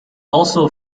also